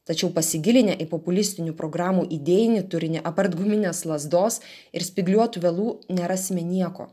tačiau pasigilinę į populistinių programų idėjinį turinį apart guminės lazdos ir spygliuotų vielų nerasime nieko